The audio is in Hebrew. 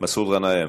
מסעוד גנאים,